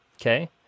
okay